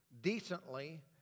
decently